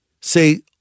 Say